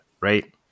right